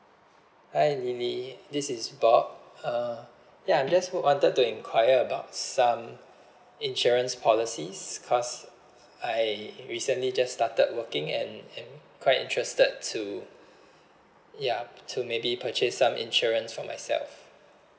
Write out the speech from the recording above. hi lily this is bob uh ya I just wanted to enquire about some insurance policies cause I recently just started working and and quite interested to ya to maybe purchase some insurance for myself